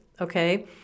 okay